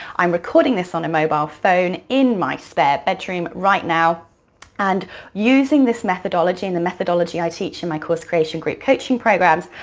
i'm recording this on a mobile phone in my spare bedroom right now and using this methodology and the methodology i teach in my course creation group coaching programs,